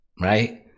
right